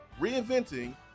reinventing